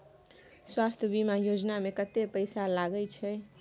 स्वास्थ बीमा योजना में कत्ते पैसा लगय छै?